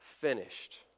finished